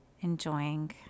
enjoying